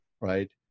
Right